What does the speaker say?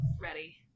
Ready